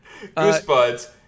Goosebuds